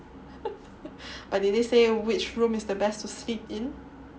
but did they say which room is the best to sleep in